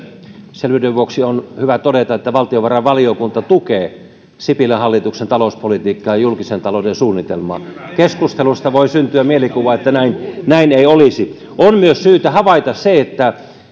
selvyyden vuoksi on hyvä todeta että valtiovarainvaliokunta tukee sipilän hallituksen talouspolitiikkaa ja julkisen talouden suunnitelmaa keskustelusta voi syntyä mielikuva että näin näin ei olisi on syytä havaita myös se että